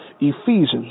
Ephesians